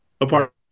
apart